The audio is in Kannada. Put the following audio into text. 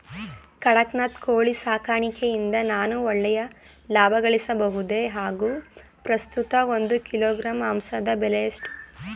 ಕಡಕ್ನಾತ್ ಕೋಳಿ ಸಾಕಾಣಿಕೆಯಿಂದ ನಾನು ಒಳ್ಳೆಯ ಲಾಭಗಳಿಸಬಹುದೇ ಹಾಗು ಪ್ರಸ್ತುತ ಒಂದು ಕಿಲೋಗ್ರಾಂ ಮಾಂಸದ ಬೆಲೆ ಎಷ್ಟು?